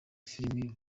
filime